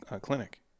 clinic